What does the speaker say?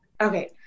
Okay